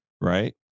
Right